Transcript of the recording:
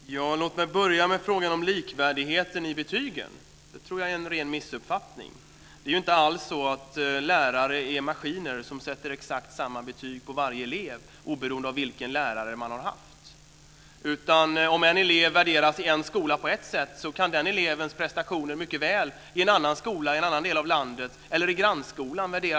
Fru talman! Låt mig börja med frågan om likvärdigheten i betygen. Jag tror att det är en ren missuppfattning. Det är inte alls så att lärare är maskiner som sätter exakt samma betyg på varje elev. Det är inte oberoende av vilken lärare man har haft. Om en elev värderas på ett sätt i en skola, kan den elevens prestationer mycket väl värderas helt annorlunda i en annan skola i en annan del av landet eller i grannskolan.